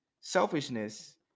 selfishness